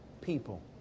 people